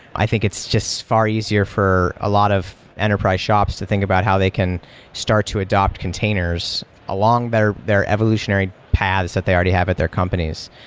i think it's just far easier for a lot of enterprise shops to think about how they can start to adopt containers along better their evolutionary paas that they already have at their companies.